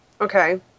Okay